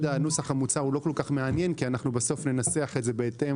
הנוסח המוצע לא כל כך מעניין כי בסוף אנחנו ננסח את זה בהתאם